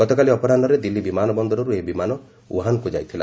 ଗତକାଲି ଅପରାହ୍ନରେ ଦିଲ୍ଲୀ ବିମାନ ବନ୍ଦରରୁ ଏହି ବିମାନ ଓ୍ୱହାନ୍କୁ ଯାଇଥିଲା